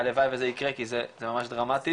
הלוואי וזה יקרה כי זה ממש דרמטי.